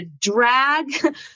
drag